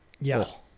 Yes